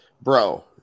Bro